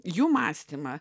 jų mąstymą